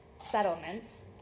settlements